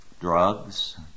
drugs